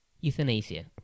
Euthanasia